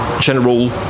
general